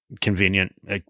convenient